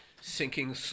sinking